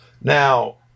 Now